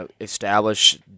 establish